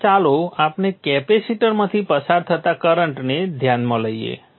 હવે ચાલો આપણે કેપેસિટરમાંથી પસાર થતા કરંટને ધ્યાનમાં લઇએ